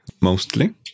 mostly